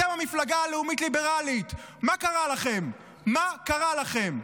אתם המפלגה הלאומית-ליברלית, מה קרה לכם?